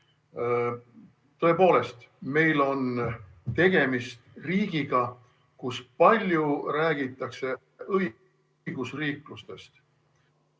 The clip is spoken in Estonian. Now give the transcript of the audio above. Tõepoolest, meil on tegemist riigiga, kus palju räägitakse õigusriiklusest,